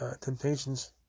Temptations